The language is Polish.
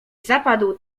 zapadł